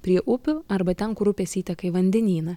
prie upių arba ten kur upės įteka į vandenyną